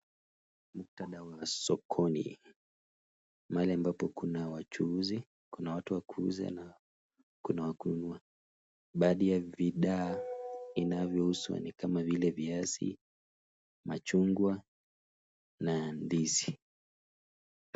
Muktadhwa wa sokoni. Mahali ambapo kuna wachuuzi, kuna watu wa kuuza na kuna wa kununua. Baadhi ya bidhaa inavyouzwa ni kama vile viazi, machungwa na ndizi.